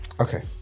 okay